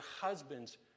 husbands